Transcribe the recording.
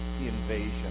invasion